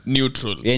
Neutral